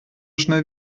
schnell